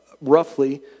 roughly